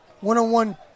One-on-one